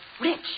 Rich